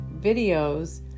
videos